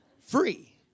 Free